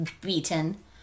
beaten